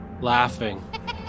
laughing